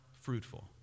fruitful